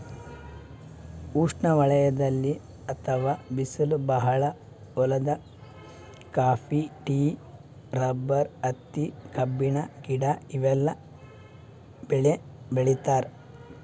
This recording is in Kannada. ಉಷ್ಣವಲಯದ್ ಅಥವಾ ಬಿಸ್ಲ್ ಭಾಳ್ ಹೊಲ್ದಾಗ ಕಾಫಿ, ಟೀ, ರಬ್ಬರ್, ಹತ್ತಿ, ಕಬ್ಬಿನ ಗಿಡ ಇವೆಲ್ಲ ಬೆಳಿ ಬೆಳಿತಾರ್